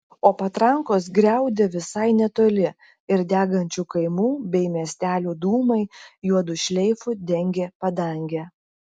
o patrankos griaudė visai netoli ir degančių kaimų bei miestelių dūmai juodu šleifu dengė padangę